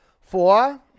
Four